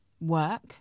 work